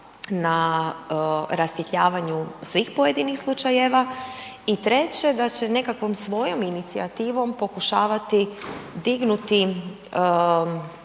na rasvjetljavanju svim pojedinih slučajeva i treće da će nekakvom svojom inicijativom pokušavati dignuti